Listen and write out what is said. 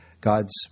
God's